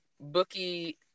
Bookie